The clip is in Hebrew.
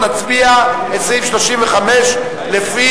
נצביע על סעיף 35 לפי